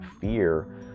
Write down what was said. fear